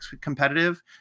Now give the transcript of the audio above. competitive